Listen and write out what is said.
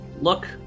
look